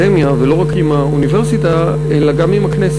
האקדמיה, ולא רק עם האוניברסיטה, אלא גם עם הכנסת,